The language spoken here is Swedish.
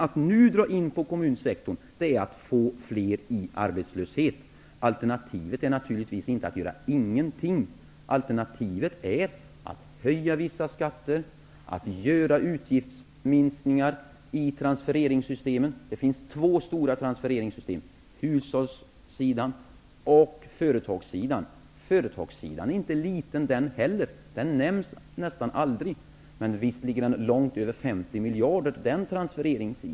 Att nu dra in på kommunsektorn är att få fler i arbetslöshet. Alternativet är givetvis inte att inte göra någonting. Alternativet är att höja vissa skatter och att göra utgiftsminskningar i transfereringssystemen. Det finns två stora transfereringssystem -- ett på hushållssidan och ett på företagssidan. Det på företagssidan är inte litet det heller. Det nämns nästan aldrig, men transfereringarna uppgår på det området till långt över 50 miljarder.